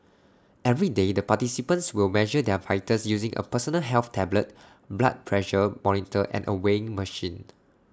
every day the participants will measure their vitals using A personal health tablet blood pressure monitor and A weighing machine